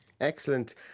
Excellent